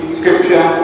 scripture